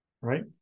right